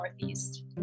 Northeast